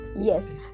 Yes